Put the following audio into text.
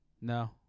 No